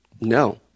no